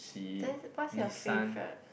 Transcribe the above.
then what's your favourite